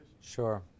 Sure